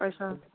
अच्छा